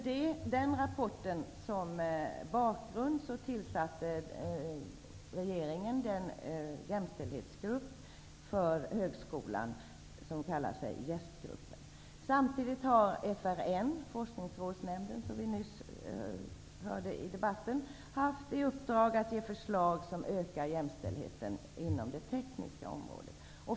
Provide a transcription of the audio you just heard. Som en följd av hans rapport tillsatte regeringen den jämställdhetsgrupp för högskolan som kallar sig JÄST-gruppen. Samtidigt har Forskningsrådsnämnden, FRN, som vi nyss hörde i debatten haft i uppdrag att komma med förslag som ökar jämställdheten inom det tekniska området.